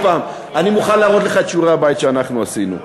אני מוכן להראות לך את שיעורי הבית שאנחנו עשינו.